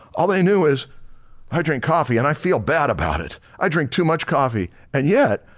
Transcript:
all they knew is i drink coffee and i feel bad about it. i drink too much coffee. and yet,